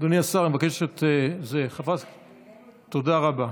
אדוני השר, אני מבקש, תודה רבה.